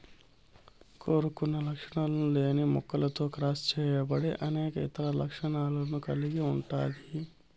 కోరుకున్న లక్షణాలు లేని మొక్కతో క్రాస్ చేయబడి అనేక ఇతర లక్షణాలను కలిగి ఉంటాది